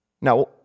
Now